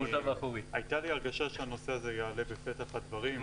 הייתה לי הרגשה שהנושא הזה יעלה בפתח הדברים,